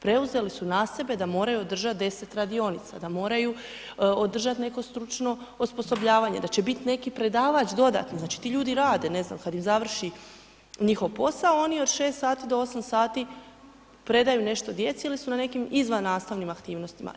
Preuzeli su na sebe da moraju održati 10 radionica, da moraju održati neko stručno osposobljavanje, da će bit neki predavač dodatni, znači ti ljudi rade, ne znam, kad im završi njihov posao, oni od 6 sati do 8 sati predaju nešto djeci ili su na nekim izvannastavnim aktivnostima.